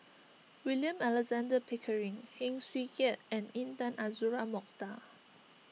William Alexander Pickering Heng Swee Keat and Intan Azura Mokhtar